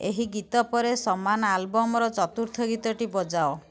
ଏହି ଗୀତ ପରେ ସମାନ ଆଲବମ୍ର ଚତୁର୍ଥ ଗୀତଟି ବଜାଅ